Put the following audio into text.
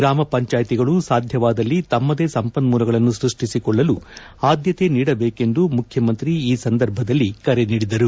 ಗ್ರಾಮ ಪಂಚಾಯಿತಿಗಳು ಸಾಧ್ಯವಾದಲ್ಲಿ ತಮ್ಮದೇ ಸಂಪನ್ಮೂಲಗಳನ್ನು ಸೃಷ್ಟಿಸಿಕೊಳ್ಳಲು ಆದ್ದತೆ ನೀಡಬೇಕೆಂದು ಮುಖ್ಯಮಂತ್ರಿ ಈ ಸಂದರ್ಭದಲ್ಲಿ ಕರೆ ನೀಡಿದರು